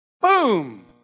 Boom